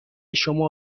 شما